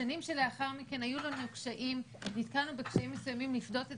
בשנים שלאחר מכן נתקלנו בקשיים מסוימים לפדות את